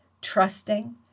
trusting